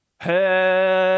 hey